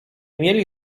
mieli